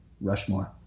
Rushmore